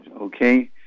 okay